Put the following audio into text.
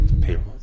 payroll